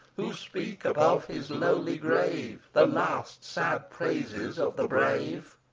who speak above his lowly grave the last sad praises of the brave?